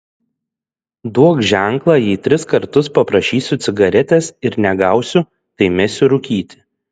duok ženklą jei tris kartus paprašysiu cigaretės ir negausiu tai mesiu rūkyti